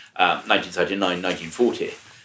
1939-1940